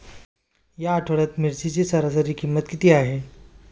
या आठवड्यात मिरचीची सरासरी किंमत किती आहे?